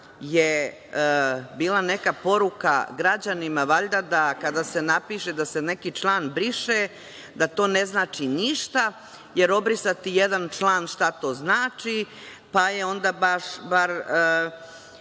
je bila neka poruka građanima da kada se napiše da se neki član briše, da to ne znači ništa, jer obrisati jedan član, šta to znači, pa je onda bilo